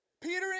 Peter